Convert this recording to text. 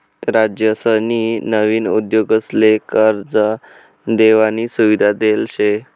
राज्यसनी नवीन उद्योगसले कर्ज देवानी सुविधा देल शे